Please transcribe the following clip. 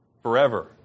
Forever